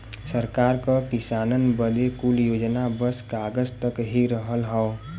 सरकार क किसानन बदे कुल योजना बस कागज तक ही रहल हौ